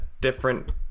different